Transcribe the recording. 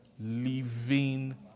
living